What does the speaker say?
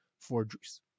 forgeries